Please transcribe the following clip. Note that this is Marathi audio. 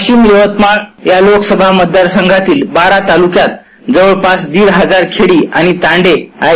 वाशिम यवतमाळ या लोकसभा मतदारसंघातील बारा ताल्क्यात जवळपास दीड हजार खेडी आणि तांडे आहेत